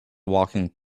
walking